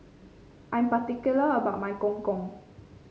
I'm particular about my Gong Gong